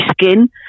skin